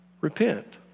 Repent